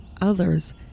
Others